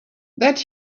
that